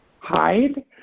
hide